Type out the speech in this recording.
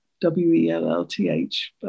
W-E-L-L-T-H